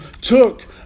took